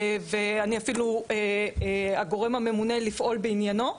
ואני אפילו הגורם הממונה לפעול בעניינו,